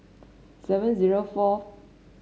seven zero fourth